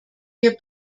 wir